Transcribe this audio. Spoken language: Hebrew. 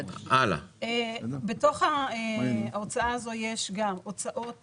בתוך ההוצאה הזאת יש גם הוצאות